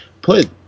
put